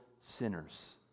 sinners